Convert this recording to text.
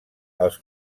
els